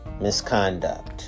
misconduct